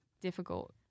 difficult